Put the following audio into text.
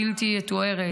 בלתי תתואר,